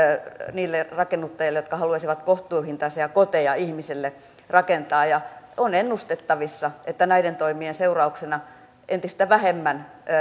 niille rakennuttajille jotka haluaisivat kohtuuhintaisia koteja ihmisille rakentaa ja on ennustettavissa että näiden toimien seurauksena entistä vähemmän